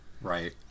Right